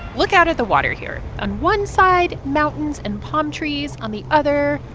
look out of the water here on one side, mountains and palm trees on the other,